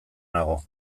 nago